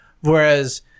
Whereas